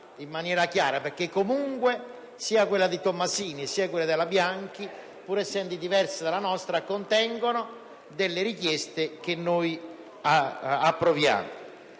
in maniera chiara, perché comunque, sia quella a prima firma Tomassini, sia quella a prima firma Bianchi, pur essendo diverse dalla nostra, contengono delle richieste che noi approviamo.